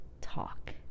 talk